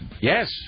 yes